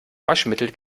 waschmittel